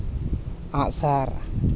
ᱟᱸᱜ ᱥᱟᱨ